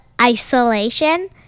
isolation